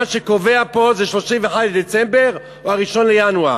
מה שקובע פה זה 31 בדצמבר, או 1 בינואר.